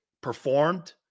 performed